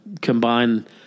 combine